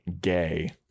gay